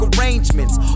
arrangements